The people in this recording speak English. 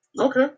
Okay